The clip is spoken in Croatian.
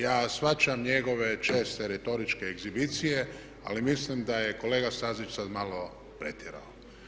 Ja shvaćam njegove česte retoričke egzibicije ali mislim da je kolega Stazić sad malo pretjerao.